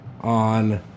on